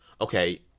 okay